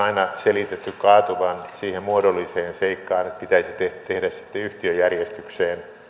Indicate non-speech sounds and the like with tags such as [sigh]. [unintelligible] aina selitetty kaatuvan siihen muodolliseen seikkaan että pitäisi tehdä sitten yhtiöjärjestykseen